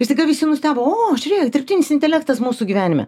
ir staiga visi nustebo o žiūrėkit dirbtinis intelektas mūsų gyvenime